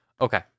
Okay